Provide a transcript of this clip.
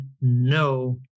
no